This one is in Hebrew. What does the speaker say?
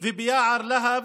וביער להב,